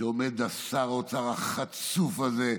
שעומד שר האוצר החצוף הזה,